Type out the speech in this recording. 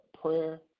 Prayer